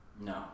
No